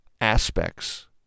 aspects